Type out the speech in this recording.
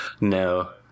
No